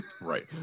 Right